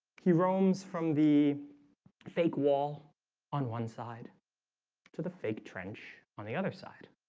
he roams from the fake wall on one side to the fake trench on the other side